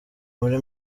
muri